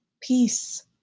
Peace